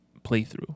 playthrough